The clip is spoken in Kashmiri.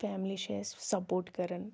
فیملی چھِ اسہِ سَپوٗرٹ کَران